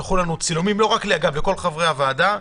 שלחו לנו צילומים, לכל חברי הוועדה,